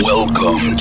Welcome